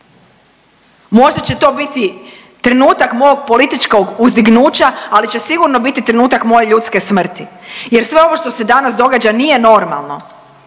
možda će to biti trenutak mog političkog uzdignuća, ali će sigurno biti trenutak moje ljudske smrti. Jer sve ovo što se danas događa nije normalno,